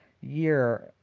year